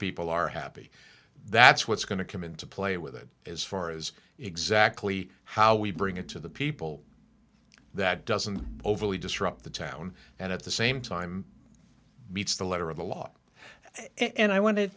people are happy that's what's going to come into play with it as far as exactly how we bring it to the people that doesn't overly disrupt the town and at the same time meets the letter of the law and i want